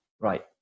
right